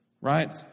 Right